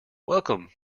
welcome